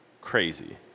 crazy